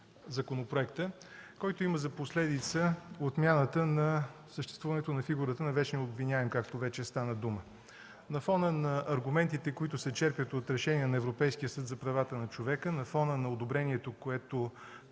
законопроекта, който има за последица отмяната на съществуването на фигурата на вечния обвиняем, както вече стана дума. На фона на аргументите, които се черпят от Европейския съд за правата на човека, на фона на одобрението, което